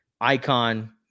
icon